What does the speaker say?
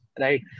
right